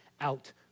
out